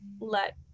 let